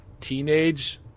teenage